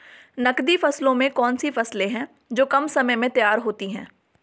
नकदी फसलों में कौन सी फसलें है जो कम समय में तैयार होती हैं?